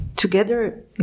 together